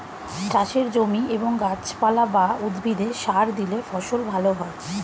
চাষের জমি এবং গাছপালা বা উদ্ভিদে সার দিলে ফসল ভালো হয়